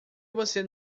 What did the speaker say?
você